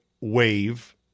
wave